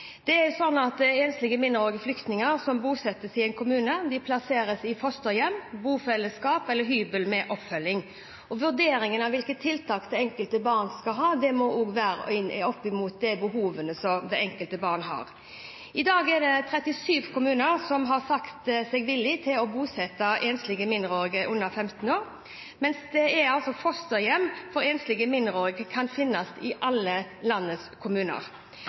Enslige mindreårige flyktninger som bosettes i en kommune, plasseres i fosterhjem, i bofellesskap eller på hybel med oppfølging. Og vurderingen av hvilke tiltak det enkelte barn skal ha, må ses opp mot det behovet det enkelte barn har. I dag er det 37 kommuner som har sagt seg villig til å bosette enslige mindreårige under 15 år, mens det kan finnes fosterhjem for enslige mindreårige i alle landets kommuner.